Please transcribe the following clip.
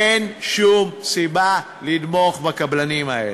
אין שום סיבה לתמוך בקבלנים האלה.